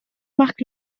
marc